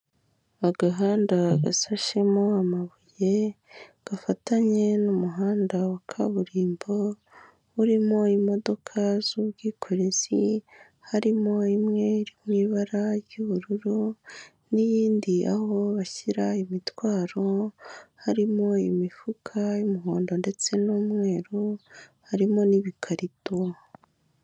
Agahanda gasashemo amabuye gafatanye n'umuhanda wa kaburimbo urimo imodoka z'ubwikorezi harimo imwe iri mw'ibara ry'ubururu n'iyindi aho bashyira imitwaro harimo imifuka y'umuhondo ndetse n'umweru harimo n'ibikarito.